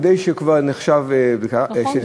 נכון,